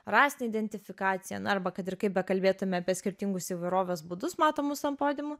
rasinę identifikaciją na arba kad ir kaip bekalbėtume apie skirtingus įvairovės būdus matomus ant podiumų